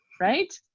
right